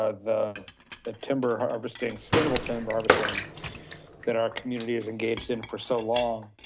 ah the ah timber harvesting, sustainable timber harvesting that our community is engaged in for so long.